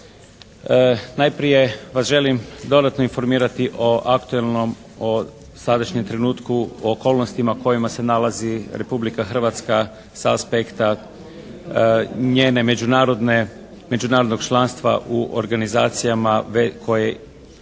Najprije vas želim dodatno informirati o aktualnom, o sadašnjem trenutku o okolnostima u kojima se nalazi Republika Hrvatska sa aspekta njene međunarodne, međunarodnog članstva u organizacijama koje